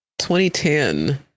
2010